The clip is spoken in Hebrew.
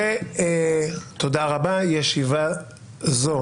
תודה רבה, ישיבה זו